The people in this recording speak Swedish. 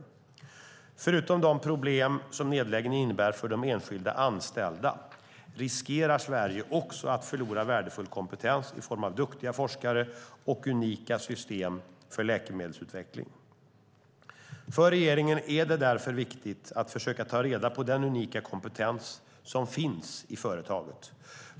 Förutom de problem som nedläggningen innebär för de enskilda anställda riskerar Sverige också att förlora värdefull kompetens i form av duktiga forskare och unika system för läkemedelsutveckling. För regeringen är det därför viktigt att försöka ta vara på den unika kompetens som finns i företaget.